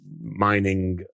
mining